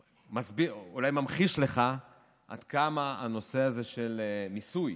שאולי ממחיש לך עד כמה הנושא הזה של מיסוי